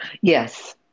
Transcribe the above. Yes